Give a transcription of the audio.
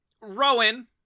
Rowan